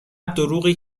دروغی